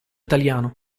italiano